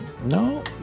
No